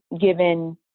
given